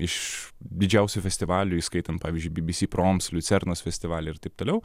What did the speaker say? iš didžiausių festivalių įskaitant pavyzdžiui bbc proms liucernos festivaliai ir taip toliau